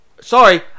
sorry